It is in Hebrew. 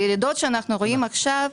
הירידות שאנחנו רואים עכשיו,